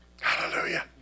Hallelujah